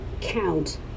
count